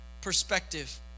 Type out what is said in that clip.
perspective